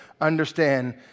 understand